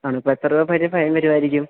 ആണോ ഇപ്പോള് എത്ര രൂപ വരെ ഫൈൻ വരുമായിരിക്കും